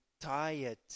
tired